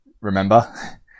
Remember